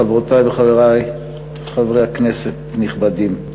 חברותי וחברי חברי הכנסת נכבדים,